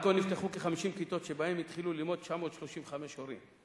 עד כה נפתחו כ-50 כיתות שבהן התחילו ללמוד 935 הורים.